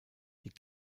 die